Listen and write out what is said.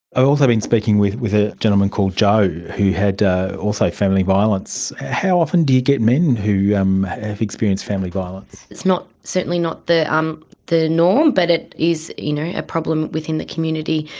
i've also been speaking with with a gentleman called joe who had also family violence. how often do you get men who um have experienced family violence? it's certainly not the um the norm but it is you know a problem within the community.